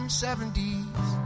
70s